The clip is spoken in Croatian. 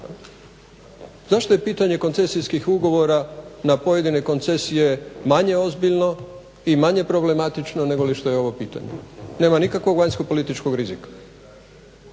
Zašto je pitanje koncesijskih ugovora na pojedine koncesije manje ozbiljno i manje problematično negoli što je ovo pitanje. Nema nikakvog vanjsko-političkog rizika.